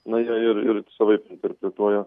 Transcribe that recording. na jie ir ir savaip interpretuoja